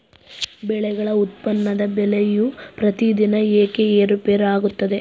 ಬೆಳೆಗಳ ಉತ್ಪನ್ನದ ಬೆಲೆಯು ಪ್ರತಿದಿನ ಏಕೆ ಏರುಪೇರು ಆಗುತ್ತದೆ?